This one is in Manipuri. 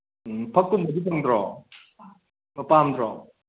ꯎꯝ ꯐꯛꯀꯨꯝꯕꯗꯤ ꯐꯪꯗ꯭ꯔꯣ ꯄꯥꯝꯗ꯭ꯔꯣ